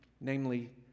namely